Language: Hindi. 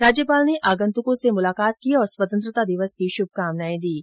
राज्यपाल ने आगन्तुकों से मुलाकात की और स्वतंत्रता दिवस की शुभकामनाएं दीं